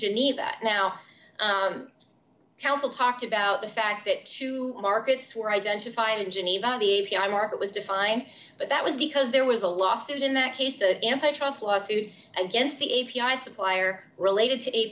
geneva now counsel talked about the fact that two markets were identified in geneva the market was defined but that was because there was a lawsuit in that case to the trust lawsuit against the a p i supplier related to a